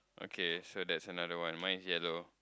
okay so that's another one mine is yellow